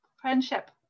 friendship